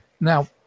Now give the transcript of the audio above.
Now